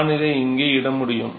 நான் அதை இங்கே இட முடியும்